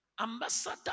Ambassador